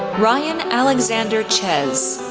ryan alexander ciez,